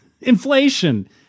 inflation